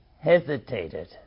hesitated